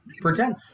Pretend